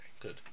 Good